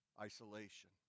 isolation